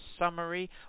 summary